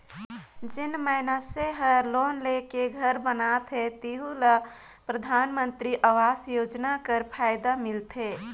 जेन मइनसे हर लोन लेके घर बनाथे तेहु ल परधानमंतरी आवास योजना कर फएदा मिलथे